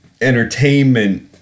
entertainment